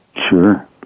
Sure